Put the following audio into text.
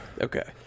Okay